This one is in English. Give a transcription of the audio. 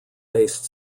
based